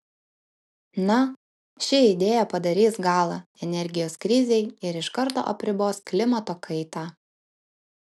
na ši idėja padarys galą energijos krizei ir iš karto apribos klimato kaitą